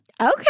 Okay